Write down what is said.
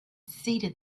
ceded